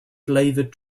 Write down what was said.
flavoured